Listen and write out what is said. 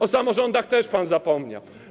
O samorządach też pan zapomniał.